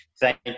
thank